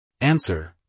Answer